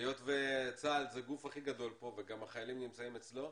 היות וצה"ל זה הגוף הכי גדול פה וגם החיילים נמצאים אצלו,